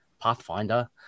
pathfinder